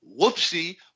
whoopsie